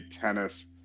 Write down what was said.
tennis